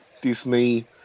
Disney